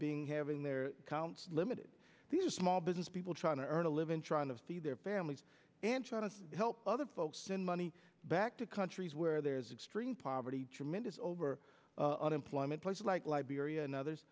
being having their accounts limited these are small business people trying to earn a living trying to feed their families and trying to help other folks send money back to countries where there is extreme poverty tremendous over unemployment places like liberia and others